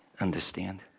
Understand